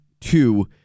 two